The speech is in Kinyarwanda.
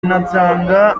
kinatanga